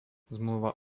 zmluva